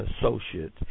Associates